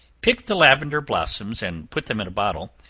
pick the lavender blossoms, and put them in a bottle,